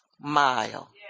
mile